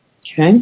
Okay